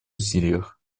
усилиях